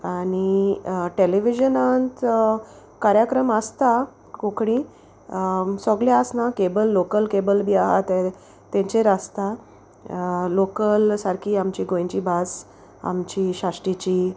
आनी टॅलिविजनांत कार्यक्रम आसता कोंकणी सोगले आसना केबल लोकल केबल बी आहा ते तेंचेर आसता लोकल सारकी आमची गोंयची भास आमची शाश्टीची